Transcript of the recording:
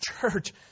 church